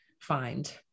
find